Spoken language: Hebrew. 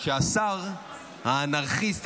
שהשר האנרכיסט,